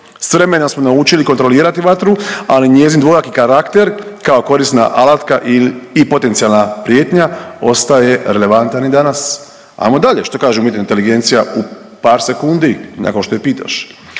S vremenom smo naučili kontrolirati vatru, ali njezin dvojaki karakter, kao korisna alatka i potencijalna prijetnja ostaje relevantan i danas. Ajmo dalje, što kaže umjetna inteligencija u par sekundi nakon što je pitaš.